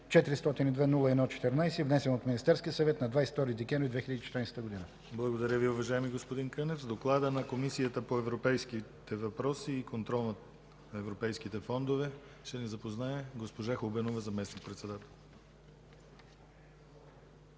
402-01-14, внесен от Министерския съвет на 22 декември 2014 г.” ПРЕДСЕДАТЕЛ ДИМИТЪР ГЛАВЧЕВ: Благодаря Ви, уважаеми господин Кънев. С доклада на Комисията по европейските въпроси и контрол на европейските фондове ще ни запознае госпожа Хубенова – заместник-председател.